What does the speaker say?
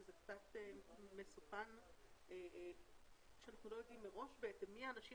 שזה קצת מסוכן שאנחנו לא יודעים מראש מי האנשים